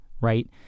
right